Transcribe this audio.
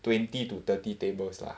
twenty to thirty tables lah